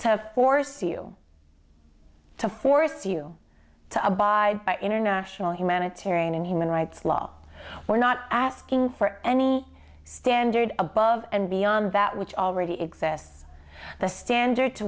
to force you to force you to abide by international humanitarian and human rights law we're not asking for any standard above and beyond that which already exists the standard